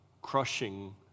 crushing